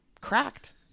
cracked